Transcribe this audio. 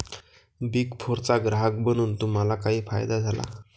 Big फोरचा ग्राहक बनून तुम्हाला काही फायदा झाला?